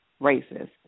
racist